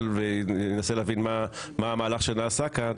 וינסה להבין מה המהלך שנעשה כאן